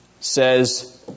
says